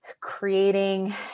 creating